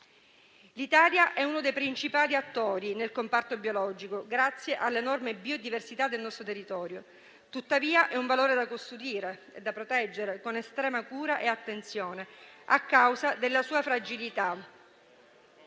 L'Italia è uno dei principali attori nel comparto biologico grazie all'enorme biodiversità del nostro territorio. Tuttavia, è un valore da custodire e da proteggere con estrema cura e attenzione, a causa della sua fragilità.